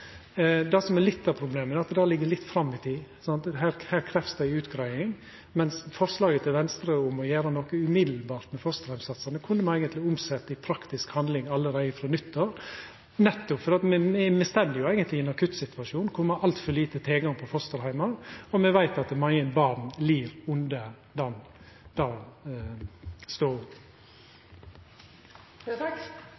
Det som er litt av problemet, er at det ligg litt fram i tid – her krevst det ei utgreiing – mens forslaget til Venstre om å gjera noko med fosterheimssatsane med ein gong kunne me eigentleg omsett i praktisk handling allereie frå nyttår, nettopp fordi me eigentleg står i ein akuttsituasjon kor me har altfor lite tilgang på fosterheimar, og me veit at mange barn lir under den